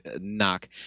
knock